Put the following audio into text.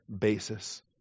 basis